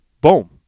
boom